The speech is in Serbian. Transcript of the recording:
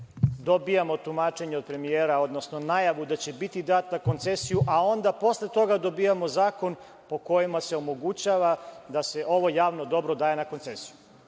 dobijamo tumačenje od premijera, odnosno najavu da će biti dat na koncesiju, a onda posle toga dobijamo zakon po kojima se omogućava da se ovo javno dobro daje na koncesiju?